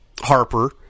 Harper